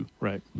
Right